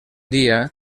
dia